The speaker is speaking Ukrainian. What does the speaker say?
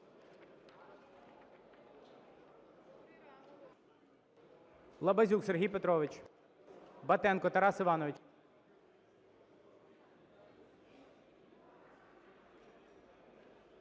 Лабазюк Сергій Петрович. Батенко Тарас Іванович.